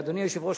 אדוני היושב-ראש,